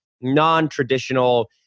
non-traditional